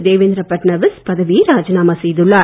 தேவேந்திர ஃபட்னவிஸ் பதவியை ராஜிநாமா செய்துள்ளார்